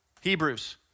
Hebrews